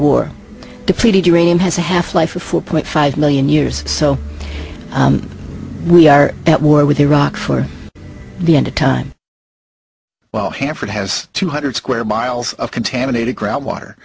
war depleted uranium has a half life of four point five million years so we are at war with iraq for the end of time well hanford has two hundred square miles of contaminated ground